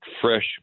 fresh